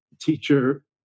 teacher